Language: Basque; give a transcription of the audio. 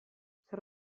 zer